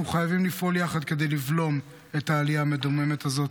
אנחנו חייבים לפעול יחד כדי לבלום את העלייה המדממת הזאת.